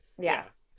yes